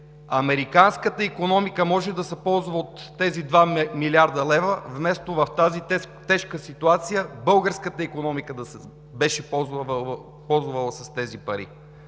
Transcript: американската икономика може да се ползва от тези два милиарда лева, вместо в тази тежка ситуация българската икономика да се беше ползвала от тези пари?